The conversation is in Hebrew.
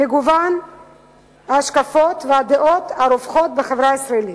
מגוון ההשקפות והדעות הרווחות בחברה הישראלית.